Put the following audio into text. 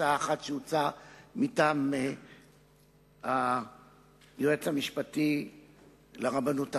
הצעה אחת שהוצעה מטעם היועץ המשפטי לרבנות הראשית.